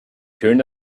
turned